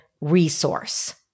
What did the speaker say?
resource